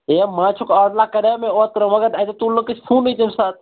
ہے ما چھُکھ اَز نا کَریے مےٚ اوٗترٕ مگر اَتہِ تُل نہٕ کٲنٛسہِ فوٗنُےتٔمہِ ساتھ